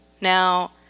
Now